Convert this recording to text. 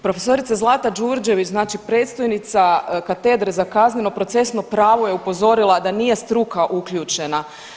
Profesorica Zlata Đurđević, znači predstojnica Katedre za kazneno-procesno pravo je upozorila da nije struka uključena.